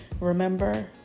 Remember